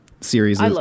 series